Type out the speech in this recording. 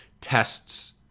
tests